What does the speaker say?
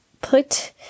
put